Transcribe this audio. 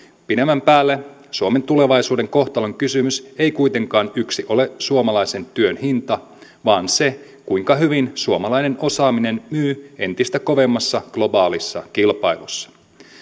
pidemmän päälle suomen tulevaisuuden kohtalonkysymys ei kuitenkaan ole yksin suomalaisen työn hinta vaan se kuinka hyvin suomalainen osaaminen myy entistä kovemmassa globaalissa kilpailussa